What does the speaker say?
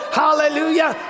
hallelujah